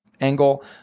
angle